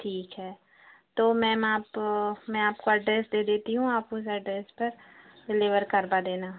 ठीक है तो मैम आप मैं आपको अड्रेस दे देती हूँ आप उस अड्रेस पर डिलीवर करवा देना